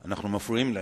אנחנו מפריעים להם,